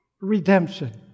redemption